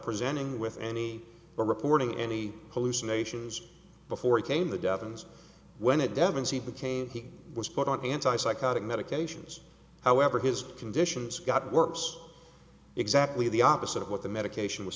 presenting with any reporting any pollution nations before he came the devons when it devon's he became he was put on anti psychotic medications however his conditions got worse exactly the opposite of what the medication was